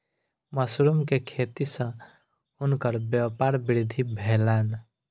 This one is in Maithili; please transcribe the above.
मशरुम के खेती सॅ हुनकर व्यापारक वृद्धि भेलैन